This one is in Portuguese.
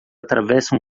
atravessa